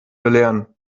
belehren